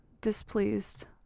displeased